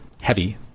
heavy